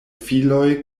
filoj